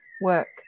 work